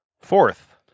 fourth